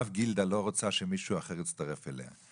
אף גילדה לא רוצה שמישהו אחר יצטרף אליה,